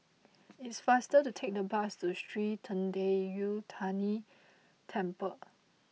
it is faster to take the bus to Sri Thendayuthapani Temple